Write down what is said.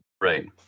right